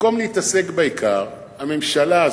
במקום להתעסק בעיקר, הממשלה הזאת,